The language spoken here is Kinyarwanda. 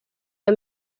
iyo